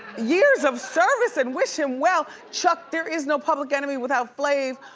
years of service and wish him well. chuck, there is no public enemy without flav.